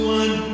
one